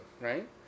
right